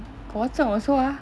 国政 also ah